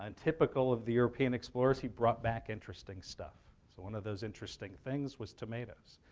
and typical of the european explorers, he brought back interesting stuff. so one of those interesting things was tomatoes.